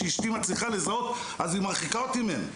שאשתי כבר מצליחה לזהות והיא מרחיקה אותי מהן.